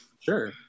Sure